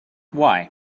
why